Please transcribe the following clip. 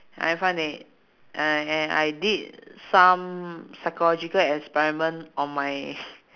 I find it and I I did some psychological experiment on my